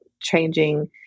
changing